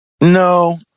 No